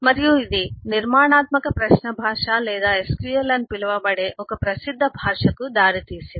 మరియు ఇది నిర్మాణాత్మక ప్రశ్న భాష లేదా SQL అని పిలువబడే ఒక ప్రసిద్ధ భాషకు దారితీసింది